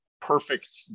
perfect